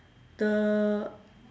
the